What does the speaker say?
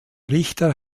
richter